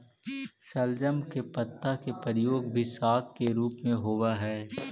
शलजम के पत्ता के प्रयोग भी साग के रूप में होव हई